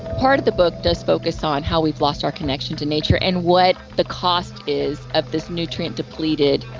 part of the book does focus on how we've lost our connection to nature and what the cost is of this nutrient depleted,